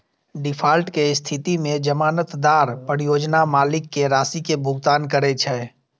default के स्थिति मे जमानतदार परियोजना मालिक कें राशि के भुगतान करै छै